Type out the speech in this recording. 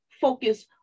focus